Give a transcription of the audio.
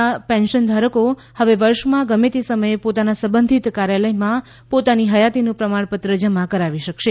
ના પેન્શન ધારકો હવે વર્ષમાં ગમે તે સમયે પોતાના સંબંધિત કાર્યાલયમાં પોતાની હયાતીનું પ્રમાણપત્ર જમા કરાવી શકશે